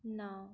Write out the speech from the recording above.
ਨਾ